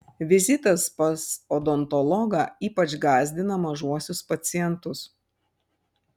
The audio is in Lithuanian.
vizitas pas odontologą ypač gąsdina mažuosius pacientus